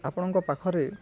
ଆପଣଙ୍କ ପାଖରେ